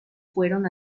fueron